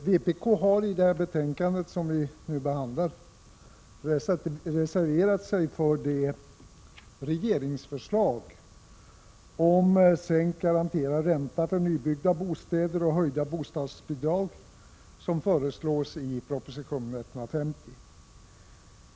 Herr talman! Vpk har i det betänkande som vi nu behandlar reserverat sig för det regeringsförslag om en sänkning av den garanterade räntan för nybyggnader och om en höjning av bostadsbidragen som framförts i proposition 150.